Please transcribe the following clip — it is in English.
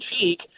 cheek